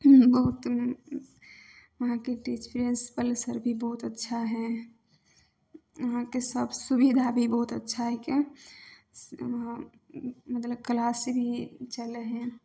हूँ बहुत उहाँके टीचर प्रिंसिपल सर भी बहुत अच्छा हइ उहाँके सभ सुविधा भी बहुत अच्छा हइ के मतलब क्लास भी चलै हइ